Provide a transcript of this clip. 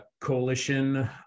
coalition